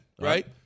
right